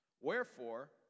Wherefore